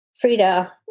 Frida